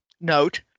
note